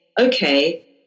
okay